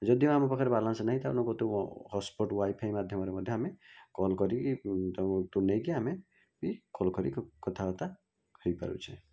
ଯଦିଓ ଆମ ପାଖରେ ବାଲାନ୍ସ୍ ନାହିଁ ଜଣକ କତିରୁ ଆମେ ହଟସ୍ପଟ୍ ୱାଇଫାଇ ମାଧ୍ୟମରେ ଆମେ କଲ୍ କରି ତାଙ୍କ କତିରୁ ନେଇକି ଆମେ ବି କଲ୍ କରିକି କଥାବାର୍ତ୍ତା ହୋଇପାରୁଛେ